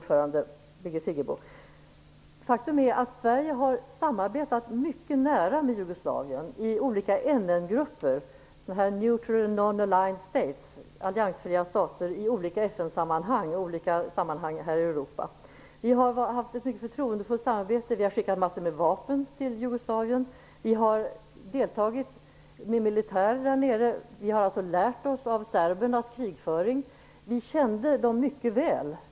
Faktum är att Sverige har samarbetet mycket nära med Jugoslavien i olika NN-grupper - neutral and non-allied states, dvs. alliansfria stater - i olika FN-sammanhang och i olika sammanhang här i Europa. Vi har haft ett mycket förtroendefullt samarbete. Vi har skickat massor med vapen till Jugoslavien. Vi har deltagit med militärer där nere. Vi har alltså lärt oss av serbernas krigföring. Vi kände dem mycket väl.